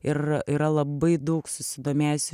ir yra labai daug susidomėjusių